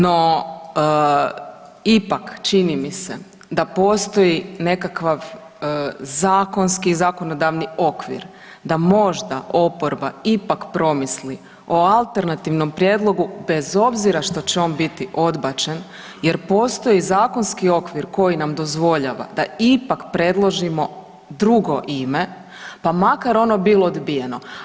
No, ipak čini mi se da postoji nekakav zakonski i zakonodavni okvir da možda oporba ipak promisli o alternativnom prijedlogu bez obzira što će on biti odbačen jer postoji zakonski okvir koji nam dozvoljava da ipak predložimo drugo ime pa makar ono bilo odbijeno.